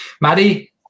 Maddie